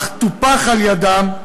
אך טופח על-ידיהם,